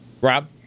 Rob